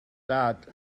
dad